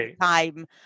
time